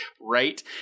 Right